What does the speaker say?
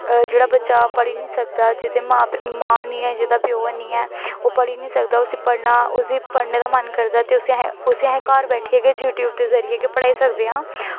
जेह्ड़े बच्चे पढ़ी नेईं सकदे जेह्दी मां निं ऐ जेह्दा प्यो निं ऐ ओह् पढ़ी निं सकदा उस्सी पढ़नां उस्सी पढ़ने दा मन करदा ते उस्सी असें घर बैठियै गै यूटयूब दे जरिये पढ़ाई सकदे आं